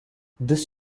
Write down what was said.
this